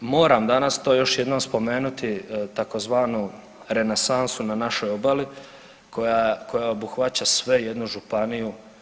Moram danas to još jednom spomenuti tzv. renesansu na našoj obali koja, koja obuhvaća sve jednu županiju.